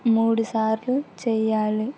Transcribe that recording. మూడుసార్లు చెయ్యాలి